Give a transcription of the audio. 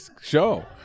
show